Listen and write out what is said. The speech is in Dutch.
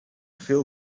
veel